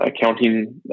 accounting